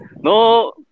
No